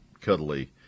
cuddly